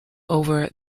over